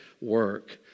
work